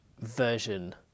version